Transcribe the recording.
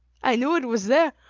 i knew it was there,